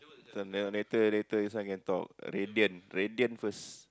this later later this one can talk Radiant Radiant first